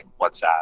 WhatsApp